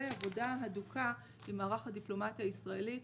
ועבודה הדוקה עם מערך הדיפלומטיה הישראלית